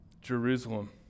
Jerusalem